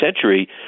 century